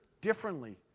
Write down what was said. differently